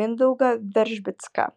mindaugą veržbicką